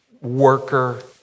worker